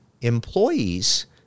employees